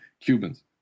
Cubans